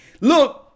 look